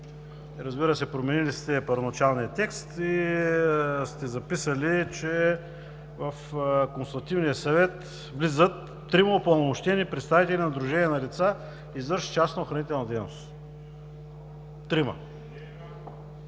разбира се, променили сте първоначалния текст и сте записали, че в Консултативния съвет влизат трима упълномощени представители на сдружение на лица, извършващи частна охранителна дейност – трима.